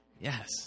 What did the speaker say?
Yes